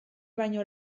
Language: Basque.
baino